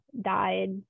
died